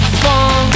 fun